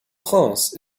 prince